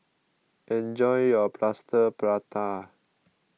enjoy your Plaster Prata